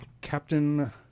Captain